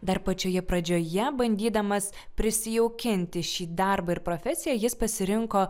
dar pačioje pradžioje bandydamas prisijaukinti šį darbą ir profesiją jis pasirinko